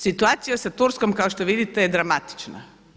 Situacija sa Turskom kao što vidite je dramatična.